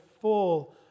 full